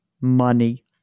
money